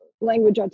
language